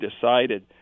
decided